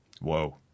Whoa